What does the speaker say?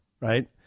right